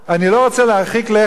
אני לא רוצה להרחיק לכת,